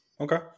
Okay